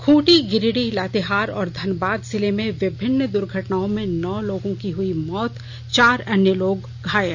खूंटी गिरिडीह लातेहार और घनबाद जिले में विभिन्न दुर्घटनाओं में नौ लोगों की हुई मौत चार अन्य लोग घायल